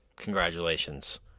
Congratulations